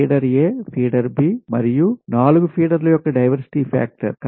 feeder Aఫీడర్ B మరియు 4 ఫీడర్ల యొక్క డైవర్సిటీ ఫాక్టర్ స్